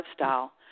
lifestyle